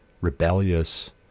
rebellious